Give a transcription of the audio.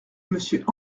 monsieur